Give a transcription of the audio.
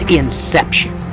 inception